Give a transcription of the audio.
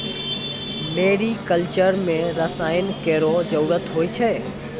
मेरी culture म रसायन केरो जरूरत होय छै